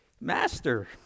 Master